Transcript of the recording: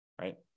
right